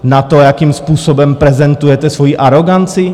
Na to, jakým způsobem prezentujete svoji aroganci?